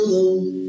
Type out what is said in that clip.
alone